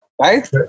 right